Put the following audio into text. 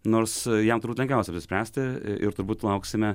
nors jam lengviausia apsispręsti ir turbūt lauksime